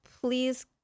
please